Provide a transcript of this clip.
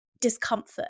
discomfort